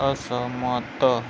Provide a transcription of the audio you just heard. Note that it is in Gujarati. અસહમત